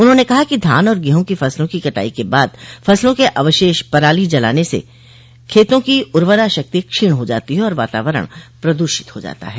उन्होंने कहा कि धान और गेहूँ की फसलों की कटाई के बाद फसलों के अवशेष पराली जलाये जाने से खेतों की उर्वरा शक्ति क्षीण हो जाती है और वातावरण प्रदूषित होता है